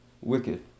Wicked